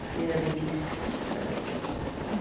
may there be peace, peace, and perfect peace.